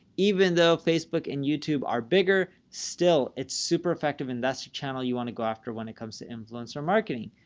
even though facebook and youtube are bigger, still it's super effective investor channel you want to go after, when it comes to influencer marketing.